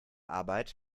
arbeit